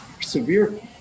severe